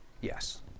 yes